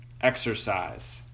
exercise